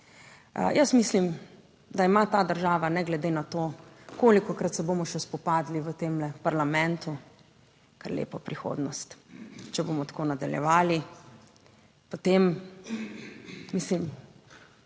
Jaz mislim, da ima ta država ne glede na to kolikokrat se bomo še spopadli v tem parlamentu, kar lepo prihodnost. Če bomo tako nadaljevali, potem, mislim,